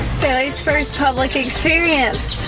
guys, first public experience.